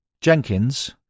Jenkins